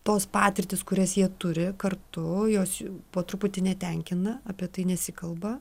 tos patirtys kurias jie turi kartu jos po truputį netenkina apie tai nesikalba